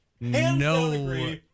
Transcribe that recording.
No